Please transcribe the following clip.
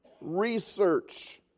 research